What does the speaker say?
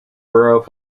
borough